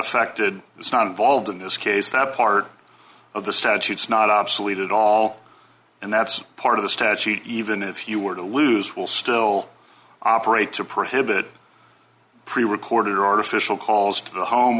affected it's not involved in this case that part of the statutes not obsolete at all and that's part of the statute even if you were to lose will still operate to prohibit pre recorded or artificial calls to the home